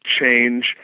change